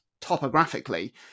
topographically